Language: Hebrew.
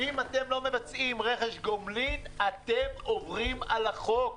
אם אתם לא מבצעים רכש גומלין אתם עוברים על החוק.